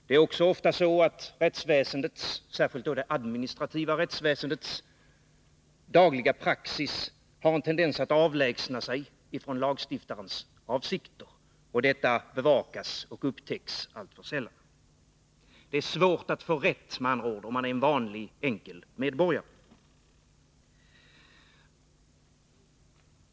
Det är också ofta så att rättsväsendets — särskilt det administrativa — dagliga praxis har en tendens att avlägsna sig från lagstiftarens avsikter, och detta bevakas och upptäcks alltför sällan. Det är med andra ord svårt att få rätt för en vanlig enkel medborgare.